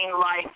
life